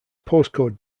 postcode